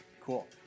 Cool